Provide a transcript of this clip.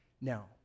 Now